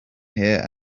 here